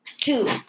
two